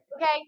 Okay